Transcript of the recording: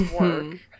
work